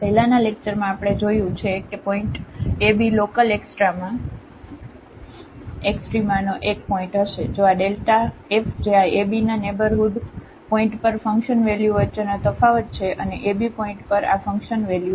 તેથી પહેલાનાં લેક્ચરમાં આપણે જોયું છે કે પોઇન્ટ ab લોકલએક્સ્ટ્રામાનો એક પોઇન્ટ હશે જો આ ડેલ્ટા f જે આ ab ના નેઇબરહુડ પોઇન્ટ પર ફંકશન વેલ્યુ વચ્ચેનો તફાવત છે અને ab પોઇન્ટ પર આ ફંકશન વેલ્યુ